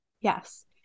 yes